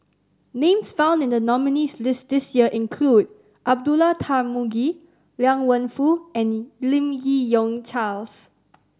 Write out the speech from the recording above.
names found in the nominees' list this year include Abdullah Tarmugi Liang Wenfu and Lim Yi Yong Charles